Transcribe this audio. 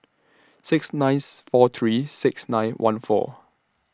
six ninth four three six nine one four